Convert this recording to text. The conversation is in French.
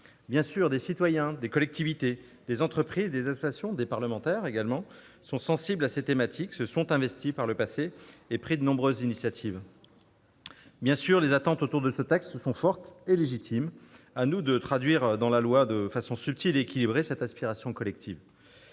Bien sûr, des citoyens, des collectivités, des entreprises, des associations, des parlementaires sont sensibles à ces thématiques, se sont investis par le passé et ont pris de nombreuses initiatives. Bien sûr, les attentes autour de ce texte sont fortes et légitimes. Il nous revient de traduire dans la loi de façon subtile et équilibrée cette aspiration collective.